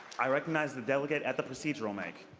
i recognize the delegate at the procedural mic.